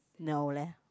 no leh